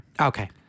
okay